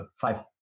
five